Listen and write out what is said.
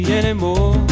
anymore